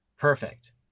perfect